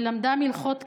ללמדם הלכות קרבות,